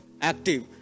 active